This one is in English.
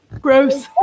Gross